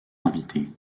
invité